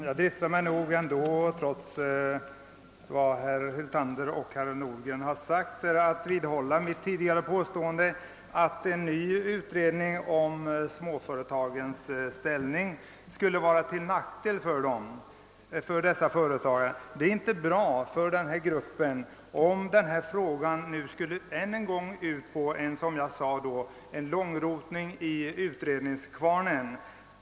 Herr talman! Jag dristar mig, trots vad herr Hyltander och herr Nordgren har sagt, att vidhålla mitt påstående att en ny utredning om småföretagens ställning skulle vara till nackdel för dessa företagare. Det vore inte bra för dem om frågan än en gång skulle ut på, som jag tidigare sade, en långrotning i utredningskvarnen.